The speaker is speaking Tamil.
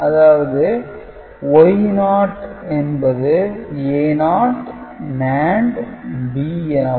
அதாவது Y0 என்பது A0 NAND B எனவும்